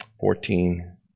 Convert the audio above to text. Fourteen